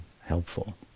helpful